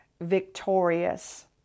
victorious